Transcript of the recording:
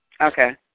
Okay